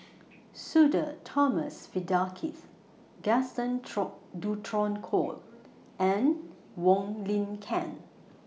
Sudhir Thomas Vadaketh Gaston Dutronquoy and Wong Lin Ken